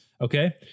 Okay